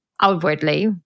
outwardly